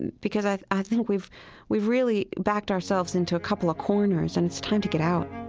and because i i think we've we've really backed ourselves into a couple of corners, and it's time to get out